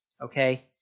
Okay